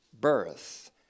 birth